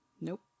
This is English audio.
Nope